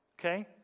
Okay